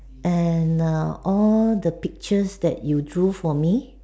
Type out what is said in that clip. and err all the pictures that you drew for me